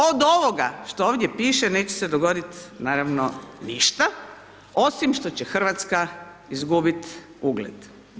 Od ovoga što ovdje piše, neće se dogoditi, naravno, ništa, osim što će RH izgubiti ugled.